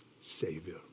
Savior